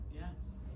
Yes